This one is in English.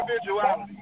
individuality